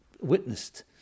witnessed